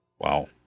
Wow